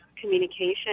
communication